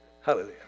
hallelujah